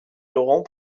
laurent